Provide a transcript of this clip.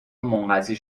منقضی